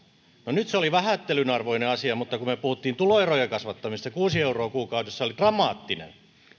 nyt se oli vähättelyn arvoinen asia mutta kun me puhuimme tuloerojen kasvattamisesta se kuusi euroa kuukaudessa oli dramaattinen